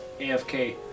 AFK